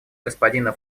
господина